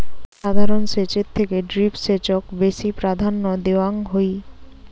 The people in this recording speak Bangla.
সাধারণ সেচের থেকে ড্রিপ সেচক বেশি প্রাধান্য দেওয়াং হই